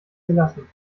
gelassen